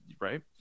Right